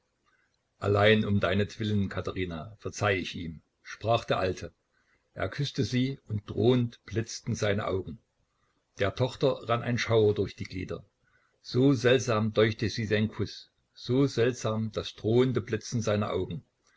allein um deinetwillen katherina verzeih ich ihm sprach der alte er küßte sie und drohend blitzten seine augen der tochter rann ein schauer durch die glieder so seltsam deuchte sie sein kuß so seltsam das drohende blitzen seiner augen